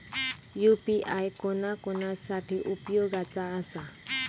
UPI कोणा कोणा साठी उपयोगाचा आसा?